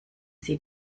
sie